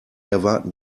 erwarten